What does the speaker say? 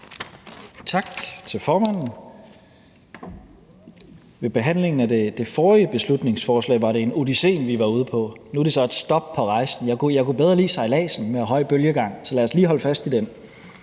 Tak til formanden. I behandlingen af det forrige beslutningsforslag var det en »odyssé«, vi var ude på. Nu er det så »et stop på rejsen«. Jeg kunne bedre lide sejladsen med høj bølgegang, så lad os lige holde fast i den.